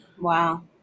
Wow